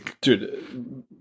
dude